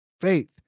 faith